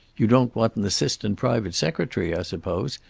you don't want an assistant private secretary i suppose?